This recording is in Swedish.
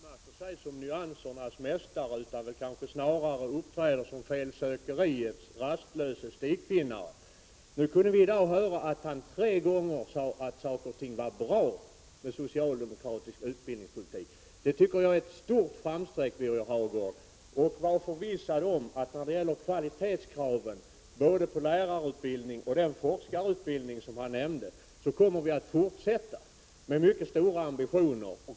Herr talman! Först några ord till Birger Hagård som inte precis utmärker sig som nyansernas mästare utan snarare uppträder som felsökeriets rastlöse stigfinnare. I dag kunde vi höra honom tre gånger säga att saker och ting i den socialdemokratiska utbildningspolitiken var bra. Det är ett stort framsteg, Birger Hagård. Var förvissad om att när det gäller kvalitetskraven både på lärarutbildningen och på den forskarutbildning som han nämnde kommer vi att fortsätta med mycket stora ambitioner.